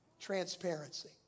Transparency